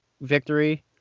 victory